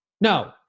No